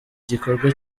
gikorwa